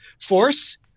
force